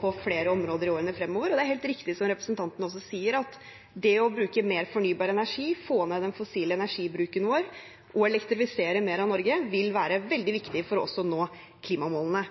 på flere områder i årene fremover. Og det er helt riktig, som representanten også sier, at det å bruke mer fornybar energi, få ned den fossile energibruken vår og elektrifisere mer av Norge vil være veldig viktig for å nå klimamålene.